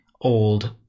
old